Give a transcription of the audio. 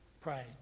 pray